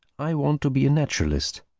i want to be a naturalist.